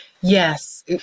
Yes